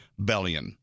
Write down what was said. Bellion